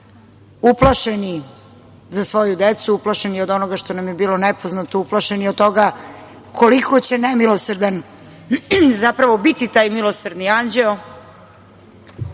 uplašeni za svoju decu, uplašeni od onoga što nam je bilo nepoznato, uplašeni od toga koliko će nemilosrdan zapravo biti taj „Milosrdni anđeo“,